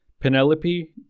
Penelope